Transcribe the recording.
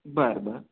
बरं बरं